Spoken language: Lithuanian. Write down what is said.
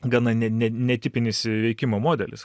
gana ne ne netipinis veikimo modelis